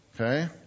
Okay